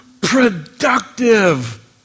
productive